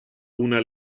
una